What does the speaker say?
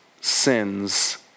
sins